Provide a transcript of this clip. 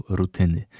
rutyny